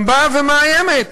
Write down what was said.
גם באה ומאיימת,